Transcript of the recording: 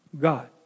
God